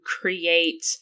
create